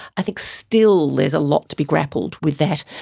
i think still there is a lot to be grappled with that,